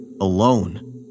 alone